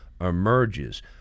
emerges